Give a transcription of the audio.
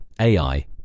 AI